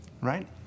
Right